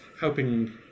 helping